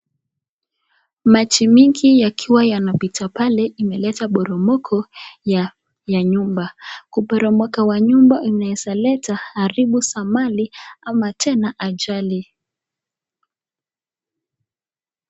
Maji mingi yakiwa yanapita pale imeleta poromoko ya nyumba. Kuporomoka wa nyumba inaezaleta haribu za mali ama tena ajali.